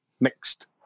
mixed